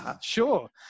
sure